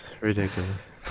ridiculous